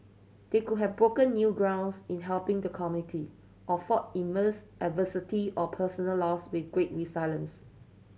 they could have broken new grounds in helping the community or fought immense adversity or personal loss with great resilience